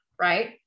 Right